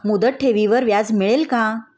मुदत ठेवीवर व्याज मिळेल का?